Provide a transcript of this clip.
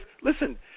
listen